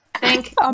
Thank